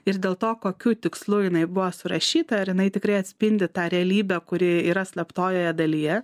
ir dėl to kokiu tikslu jinai buvo surašyta ar jinai tikrai atspindi tą realybę kuri yra slaptojoje dalyje